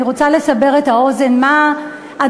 אני רוצה לסבר את האוזן בדברים,